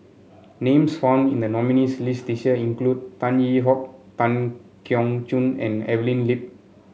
names found in the nominees' list this year include Tan Yee Hong Tan Keong Choon and Evelyn Lip